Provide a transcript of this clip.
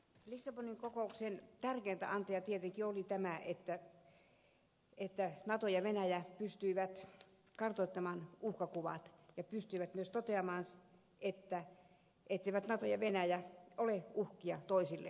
lissabonin kokouksen tärkeintä antia tietenkin oli tämä että nato ja venäjä pystyivät kartoittamaan uhkakuvat ja pystyivät myös toteamaan etteivät nato ja venäjä ole uhkia toisilleen